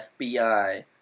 FBI